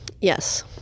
Yes